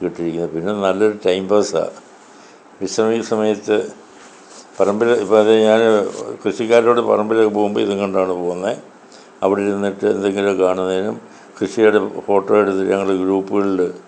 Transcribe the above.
ഇട്ടിരിക്കുന്നത് പിന്നെ നല്ല ഒരു ടൈം പാസാണ് വിശ്രമിക്കുന്ന സമയത്ത് പറമ്പിൽ ഞാൻ കൃഷിക്കാരൂടെ പറമ്പിലൊക്കെ പോകുമ്പോൾ ഇതും കൊണ്ടാണ് പോകുന്നത് അവിടെ ഇരുന്നിട്ട് ഇത് ഇങ്ങനെ കാണുന്നതിനും കൃഷിയുടെ ഫോട്ടോ എടുത്തിട്ട് ഞങ്ങൾ ഗ്രൂപ്പുകളിൽ